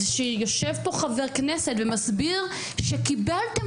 זה שיושב פה חבר כנסת ומסביר שקיבלתם